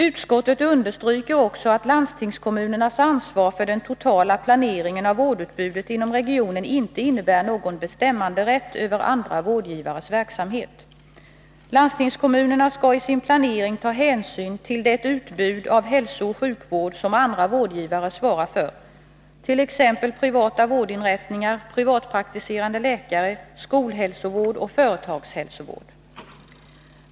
Utskottet understryker också att landstingkommunernas ansvar för den totala planeringen av vårdutbudet inom regionen inte innebär någon bestämmanderätt över andra vårdgivares verksamhet. Landstingskommunerna skall i sin planering ta hänsyn till utbud av hälsooch sjukvård som andra vårdgivare svarar för, t.ex. privata vårdinrättningar, privatpraktiserande läkare, skolhälsovård och företagshälsovård.